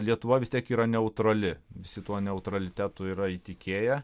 lietuva vis tiek yra neutrali visi tuo neutralitetu yra įtikėję